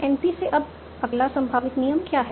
NP से अब अगला संभावित नियम क्या है